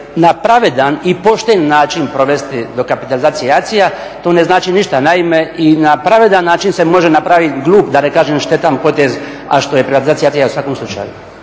na pravedan i pošten način provesti dokapitalizacija … to ne znači ništa. Naime, i na pravedan način se može napraviti glup, da ne kažem štetan poteza, a što je … u svakom slučaju.